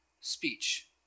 speech